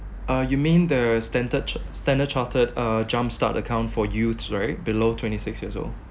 uh you mean the standard ch~ standard chartered uh jumpstart account for youths right below twenty six years old